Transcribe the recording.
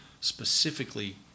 specifically